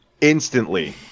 Instantly